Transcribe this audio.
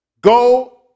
Go